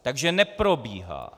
Takže neprobíhá.